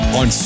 on